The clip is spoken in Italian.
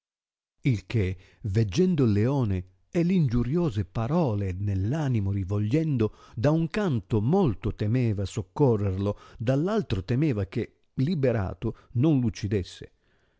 il che vergendo il leone e l'ingiuriose parole nell animo rivogliendo da un canto molto temeva soccorrerlo dall altro temeva che liberato non r uccidesse